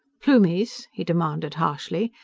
plumies? he demanded harshly.